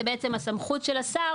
הסמכות של השר